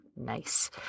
Nice